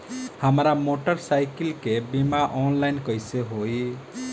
हमार मोटर साईकीलके बीमा ऑनलाइन कैसे होई?